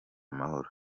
amahoro